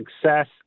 success